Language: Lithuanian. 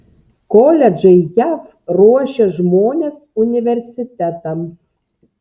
koledžai jav ruošia žmones universitetams